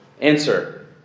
Answer